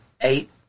eight